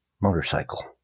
motorcycle